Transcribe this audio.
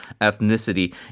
ethnicity